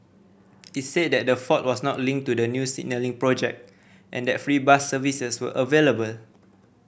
it said that the fault was not linked to the new signalling project and that free bus services were available